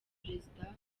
perezida